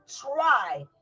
try